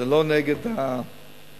זה לא נגד הנהלים.